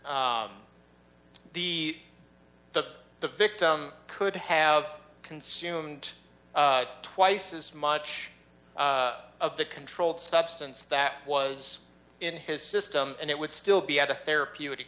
that the took the victim could have consumed twice as much of the controlled substance that was in his system and it would still be at a therapeutic